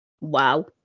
Wow